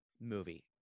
movie